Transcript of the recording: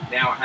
Now